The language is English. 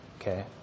okay